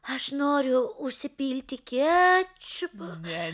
aš noriu užsipilti kečupo